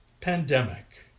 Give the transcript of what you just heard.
pandemic